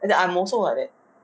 ya I'm also like that